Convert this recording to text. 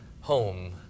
Home